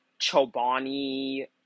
Chobani